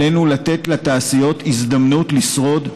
עלינו לתת לתעשיות הזדמנות לשרוד,